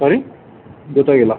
sorry ಗೊತ್ತಾಗಿಲ್ಲ